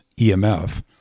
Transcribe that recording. EMF